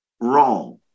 wrong